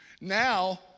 Now